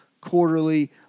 quarterly